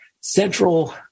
central